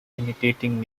imitating